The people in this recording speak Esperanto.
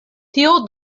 tio